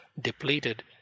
depleted